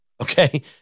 Okay